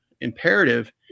imperative